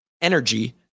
energy